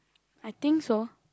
I think so